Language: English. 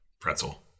pretzel